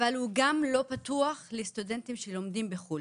אבל הוא גם לא פתוח לסטודנטים שלומדים בחוץ לארץ.